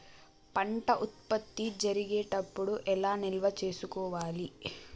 పంట ఉత్పత్తి జరిగేటప్పుడు ఎలా నిల్వ చేసుకోవాలి?